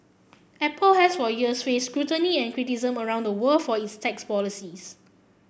Apple has for years faced scrutiny and criticism around the world for its tax policies